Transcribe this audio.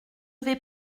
vais